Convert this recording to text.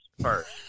first